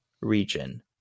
region